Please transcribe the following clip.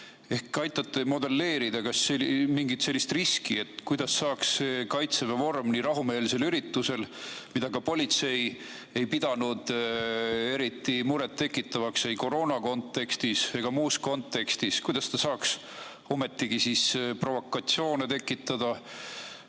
ehk te aitate modelleerida mingit sellist riski, kuidas saaks Kaitseväe vorm nii rahumeelsel üritusel, mida ka politsei ei pidanud eriti muret tekitavaks ei koroona kontekstis ega muus kontekstis, ometigi provokatsioone tekitada?